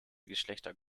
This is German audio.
geschlechter